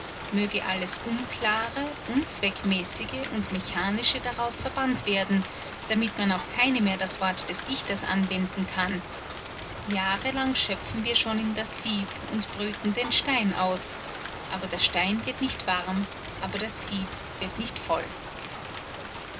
möge alles unklare unzweckmäßige und mechanische daraus verbannt werden damit man auf keine mehr das wort des dichters anwenden kann jahre lang schöpfen wir schon in das sieb und brüten den stein aus aber der stein wird nicht warm aber das sieb wird nicht voll